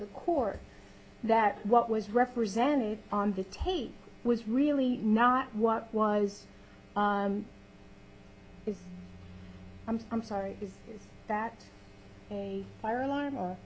the court that what was represented on the tape was really not what was is i'm sorry is that a fire alarm